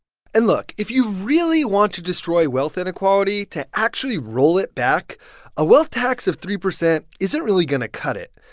and look. if you really want to destroy wealth inequality to actually roll it back a wealth tax of three percent isn't really going to cut it.